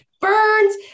burns